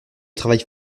travail